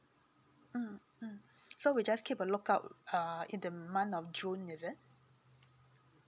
mm mm so we just keep a lookout uh in the month of june is it